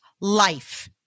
life